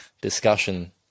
discussion